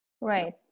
right